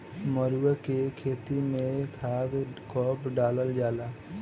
मरुआ के खेती में खाद कब डालल जाला?